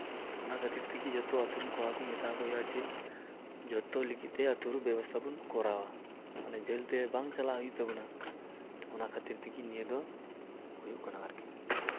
ᱛᱚ ᱚᱱᱟ ᱠᱷᱟᱹᱛᱤᱨ ᱛᱮᱜᱮ ᱡᱚᱛᱚ ᱟᱛᱳ ᱨᱮᱱ ᱠᱚᱲᱟ ᱠᱚ ᱢᱮᱛᱟᱣ ᱠᱚ ᱦᱩᱭᱩᱜᱼᱟ ᱡᱮ ᱡᱚᱛᱚ ᱞᱟᱹᱜᱤᱫ ᱛᱮ ᱟᱛᱳ ᱨᱮ ᱵᱮᱵᱚᱥᱛᱷᱟ ᱵᱚᱱ ᱠᱚᱨᱟᱣᱟ ᱢᱟᱱᱮ ᱡᱷᱟᱹᱞᱛᱮ ᱵᱟᱝ ᱪᱟᱞᱟᱜ ᱦᱩᱭᱩᱜ ᱛᱟᱵᱚᱱᱟ ᱚᱱᱟ ᱠᱷᱟᱹᱛᱤᱨ ᱛᱮᱜᱮ ᱱᱤᱭᱟᱹ ᱫᱚ ᱦᱩᱭᱩᱜ ᱠᱟᱱᱟ ᱟᱨᱠᱤ